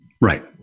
Right